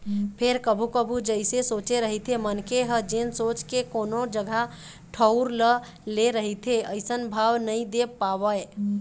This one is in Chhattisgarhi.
फेर कभू कभू जइसे सोचे रहिथे मनखे ह जेन सोच के कोनो जगा ठउर ल ले रहिथे अइसन भाव नइ दे पावय